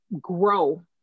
grow